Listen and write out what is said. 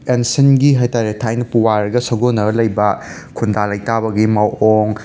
ꯑꯦꯟꯁꯦꯟꯒꯤ ꯍꯥꯏ ꯇꯥꯔꯦ ꯊꯥꯏꯅ ꯄꯨꯋꯥꯔꯤꯒ ꯁꯥꯒꯣꯟꯅꯔ ꯂꯩꯕ ꯈꯨꯟꯗꯥ ꯂꯩꯇꯥꯕꯒꯤ ꯃꯑꯣꯡ